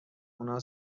اونا